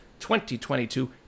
2022